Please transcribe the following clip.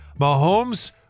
Mahomes